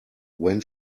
when